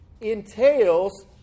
entails